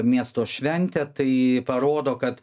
miesto šventę tai parodo kad